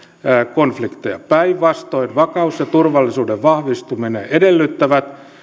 konflikteja päinvastoin vakaus ja turvallisuuden vahvistaminen edellyttävät